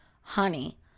honey